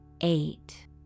eight